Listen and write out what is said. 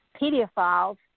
pedophiles